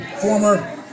Former